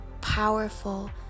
powerful